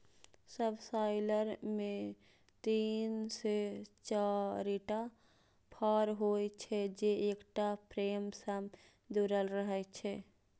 subsoiler मे तीन से चारिटा फाड़ होइ छै, जे एकटा फ्रेम सं जुड़ल रहै छै